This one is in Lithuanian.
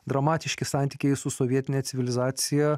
dramatiški santykiai su sovietine civilizacija